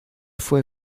fue